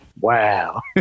Wow